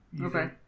Okay